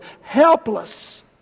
helpless